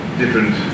different